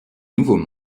nouveaux